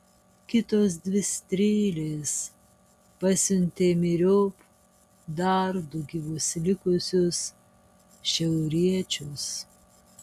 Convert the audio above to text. kitos dvi strėlės pasiuntė myriop dar du gyvus likusius šiauriečius